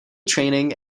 training